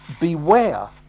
beware